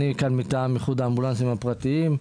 אני כאן מטעם איחוד האמבולנסים הפרטיים.